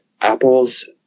Apple's